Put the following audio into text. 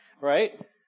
right